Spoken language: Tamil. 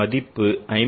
மதிப்பு 54